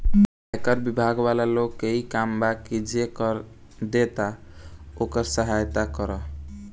आयकर बिभाग वाला लोग के इ काम बा की जे कर देता ओकर सहायता करऽ